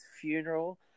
funeral